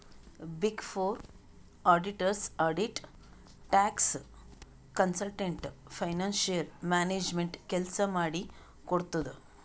big four auditors audit, tax, consultant, financial management ಕೆಲ್ಸ ಮಾಡಿ ಕೊಡ್ತುದ್